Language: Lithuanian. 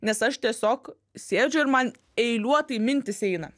nes aš tiesiog sėdžiu ir man eiliuotai mintys eina